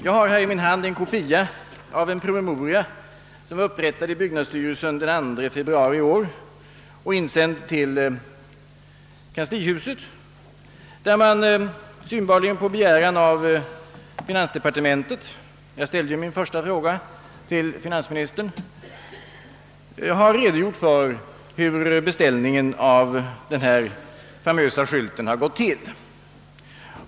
Jag har i min hand en kopia av en promemoria, som är upprättad i byggnadsstyrelsen den 2 februari i år och insänd till kanslihuset. I denna PM har man synbarligen på begäran av finansdepartementet — jag ställde också min första fråga till finansministern — redogjort för hur beställningen av denna famösa skylt gått till.